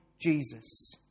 Jesus